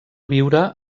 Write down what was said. viure